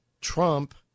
Trump